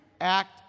act